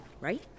right